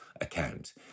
account